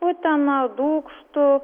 utena dūkštu